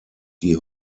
die